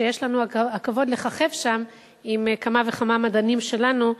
שיש לנו הכבוד לככב שם עם כמה וכמה מדענים שלנו,